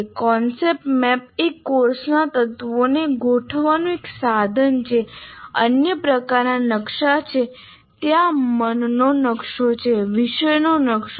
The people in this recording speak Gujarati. કોન્સેપ્ટ મેપ એ કોર્સના તત્વોને ગોઠવવાનું એક સાધન છે અન્ય પ્રકારના નકશા છે ત્યાં મનનો નકશો છે વિષયનો નકશો છે